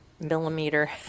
millimeter